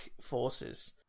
forces